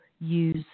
use